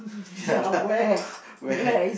ya lah where